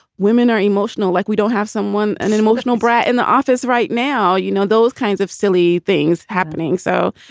women are emotional, like we don't have someone and an emotional brat in the office right now, you know, those kinds of silly things happening. so,